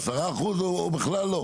10% או בכלל לא.